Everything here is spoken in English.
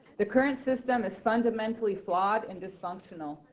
the current system is fundamentally flawed and dysfunctional.